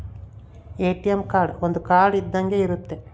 ATM card ಒಂದ್ card ಇದ್ದಂಗೆ ಇರುತ್ತೆ